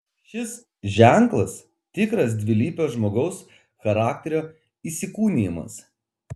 šis ženklas tikras dvilypio žmogaus charakterio įsikūnijimas